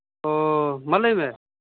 ᱚ ᱢᱟ ᱞᱟᱹᱭ ᱢᱮ